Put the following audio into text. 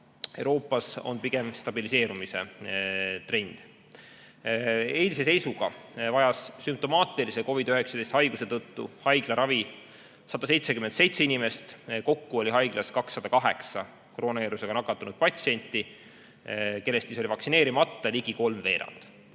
Euroopas on pigem stabiliseerumise trend. Eilse seisuga vajas sümptomaatilise COVID‑19 haiguse tõttu haiglaravi 177 inimest. Kokku oli haiglas 208 koroonaviirusega nakatunud patsienti, kellest oli vaktsineerimata ligi kolmveerand.